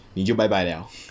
你就 bye bye liao